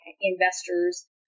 investors